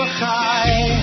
high